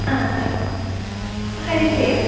Haripriya